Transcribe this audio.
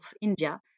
India